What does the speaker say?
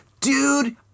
Dude